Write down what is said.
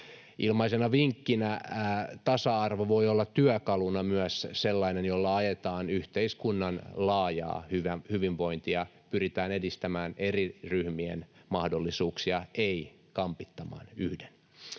Ilmaisena vinkkinä: tasa-arvo voi olla työkaluna myös sellainen, jolla ajetaan yhteiskunnan laajaa hyvinvointia, pyritään edistämään eri ryhmien mahdollisuuksia, ei kampittamaan yhden.